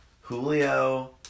Julio